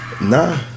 Nah